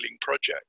project